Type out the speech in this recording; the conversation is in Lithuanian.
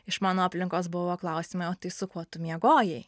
iš mano aplinkos buvo klausimai o tai su kuo tu miegojai